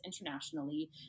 internationally